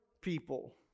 people